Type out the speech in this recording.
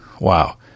Wow